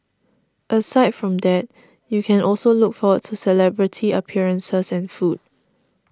aside from that you can also look forward to celebrity appearances and food